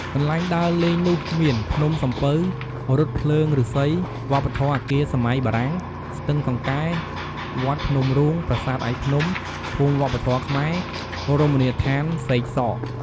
កន្លែងដើរលេងនោះមាន ភ្នំសំពៅ រថភ្លើងឫស្សី វប្បធម៌អគារសម័យបារាំង ស្ទឹងសង្កែ វត្តភ្នំរូង ប្រាសាទឯកភ្នំ ភូមិវប្បធម៌ខ្មែរ រមណីយដ្ឋានសេកសក។